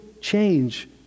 change